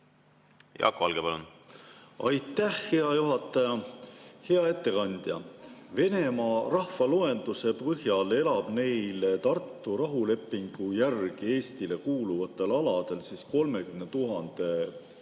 Jaak Valge, palun! Aitäh, hea juhataja! Hea ettekandja! Venemaa rahvaloenduse põhjal elab neil Tartu rahulepingu järgi Eestile kuuluvatel aladel 30 000 inimese